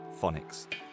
phonics